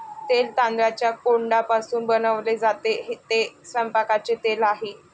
तेल तांदळाच्या कोंडापासून बनवले जाते, ते स्वयंपाकाचे तेल आहे